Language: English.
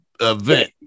event